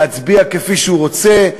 להצביע כפי שהוא רוצה,